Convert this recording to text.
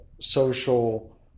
social